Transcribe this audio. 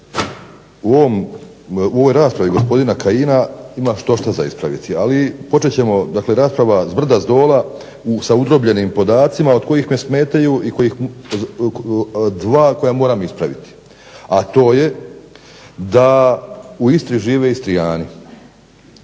U ovoj raspravi gospodina Kajina ima štošta za ispraviti, ali počet ćemo, dakle rasprava zbrda zdola, sa udrobljenim podacima, od kojih me smetaju i kojih, dva koja moram ispraviti. A to je da u Istri žive Istrijani.